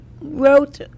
wrote